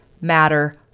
matter